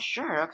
Sure